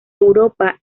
europa